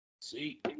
see